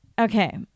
Okay